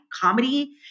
comedy